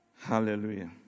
Hallelujah